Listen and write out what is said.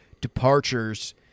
departures